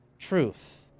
Truth